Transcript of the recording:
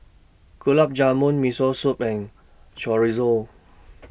Gulab Jamun Miso Soup and Chorizo